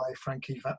Frankie